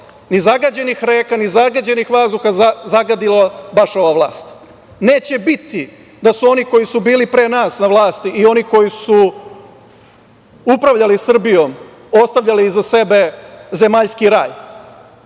ni zagađenih reka, ni zagađenog vazduh, zagadila baš ova vlast. Neće biti da su oni koji su bili pre nas na vlasti i oni koji su upravljali Srbijom ostavljali iza sebe zemaljski